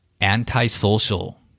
Antisocial